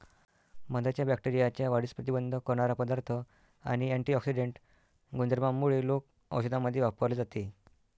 मधाच्या बॅक्टेरियाच्या वाढीस प्रतिबंध करणारा पदार्थ आणि अँटिऑक्सिडेंट गुणधर्मांमुळे लोक औषधांमध्ये वापरले जाते